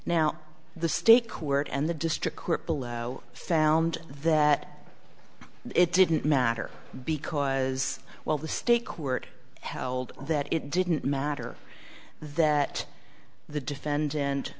now the state court and the district court below found that it didn't matter because while the state court held that it didn't matter that the defendant